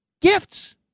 gifts